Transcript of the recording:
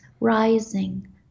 rising